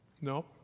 No